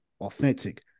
authentic